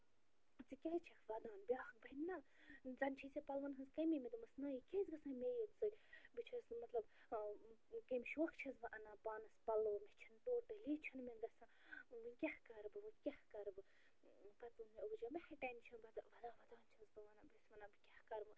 ژٕ کیٛازِ چھکھ وَدان بیٛاکھ بَنہِ نا زن چھے ژےٚ پلون ہِنٛز کٔمی نَہ یہ کیٛازِ مےٚ ٲتۍ سۭتۍ بہٕ چھَس مطلب کَمہِ شوقہٕ چھَس بہٕ اَنان پانس پَلو مےٚ چھُنہٕ ٹوٹلی چھُنہٕ مےٚ گَژھان وۄنۍ کیٛاہ کَرٕ بہٕ وۄنۍ کیٛاہ کَرٕ بہٕ پتہٕ دوٚپ مےٚ ابوٗ جِین ما ہَہ ٹٮ۪نشن وۄنۍ وَدان وَدان چھَس بہٕ وَنان بہٕ چھَس وَنان بہٕ کیٛاہ کَرٕ بہٕ